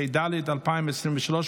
התשפ"ד 2023,